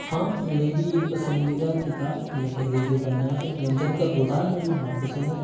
हाँ मेरी एक पसंदीदा किताब या कह लीजिए उपन्यास है प्रेमचंद का गोदान मुझे बहुत पसंद है